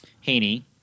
Haney